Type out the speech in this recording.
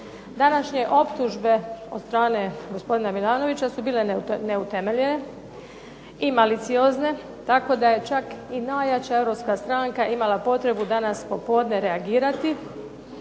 Današnje optužbe od strane gospodina Milanovića su bile neutemeljene i maliciozne, tako da je čak i najjača europska stranka imala potrebu danas popodne reagirati